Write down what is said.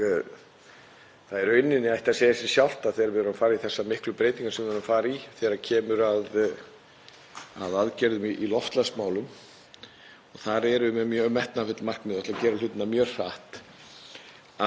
þar erum við með mjög metnaðarfull markmið og ætlum að gera hlutina mjög hratt, þá verðum við að byggja það á bestu mögulegri þekkingu. Og eðlilega höfum við ekki verið með augun á þessu á undanförnum áratug.